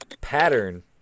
pattern